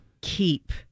keep